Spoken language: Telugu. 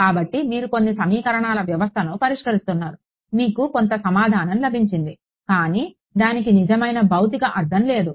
కాబట్టి మీరు కొన్ని సమీకరణాల వ్యవస్థను పరిష్కరిస్తున్నారు మీకు కొంత సమాధానం లభించింది కానీ దానికి నిజమైన భౌతిక అర్ధం లేదు